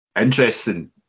interesting